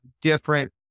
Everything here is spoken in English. different